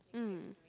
mm